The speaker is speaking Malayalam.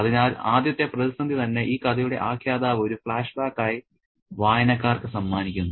അതിനാൽ ആദ്യത്തെ പ്രതിസന്ധി തന്നെ ഈ കഥയുടെ ആഖ്യാതാവ് ഒരു ഫ്ലാഷ്ബാക്കായി വായനക്കാർക്ക് സമ്മാനിക്കുന്നു